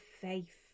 faith